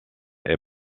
est